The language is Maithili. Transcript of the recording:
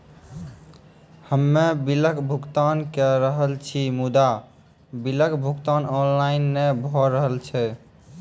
हम्मे बिलक भुगतान के रहल छी मुदा, बिलक भुगतान ऑनलाइन नै भऽ रहल छै?